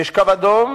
ויש קו אדום